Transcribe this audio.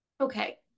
okay